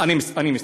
אני מסכם.